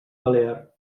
balear